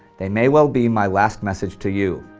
they may well be my last message to you.